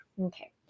Okay